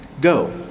go